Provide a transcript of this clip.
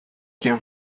quien